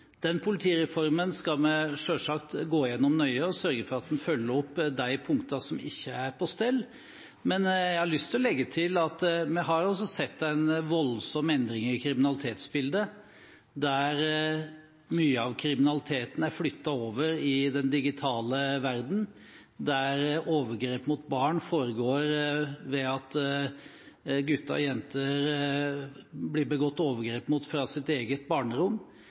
Den politireformen skal vi selvsagt gå nøye igjennom og sørge for at en følger opp de punktene som ikke er på stell. Men jeg har lyst til å legge til at vi har sett en voldsom endring i kriminalitetsbildet, der mye av kriminaliteten er flyttet over i den digitale verden, og der overgrep mot barn – gutter og jenter – foregår fra deres eget barnerom.